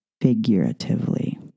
figuratively